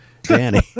Danny